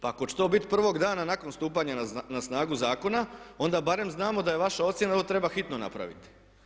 Pa ako će to biti prvog dana nakon stupanja na snagu zakona onda barem znamo da je vaša ocjena da to treba hitno napraviti.